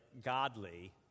godly